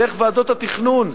דרך ועדות התכנון,